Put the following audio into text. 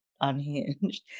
unhinged